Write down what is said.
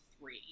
three